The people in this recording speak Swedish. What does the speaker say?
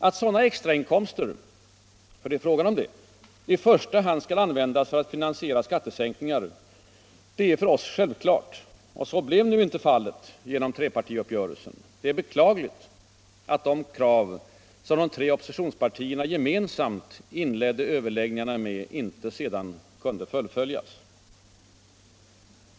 Att sådana extrainkomster — det är fråga om det — i första hand skall användas för att finansiera angelägna skattesänkningar är för oss självklart. Så blev nu inte fallet genom trepartiuppgörelsen. Det är beklagligt att de krav som de tre oppositionspartierna gemensamt inledde överläggningarna med inte sedan kunde fullföljas.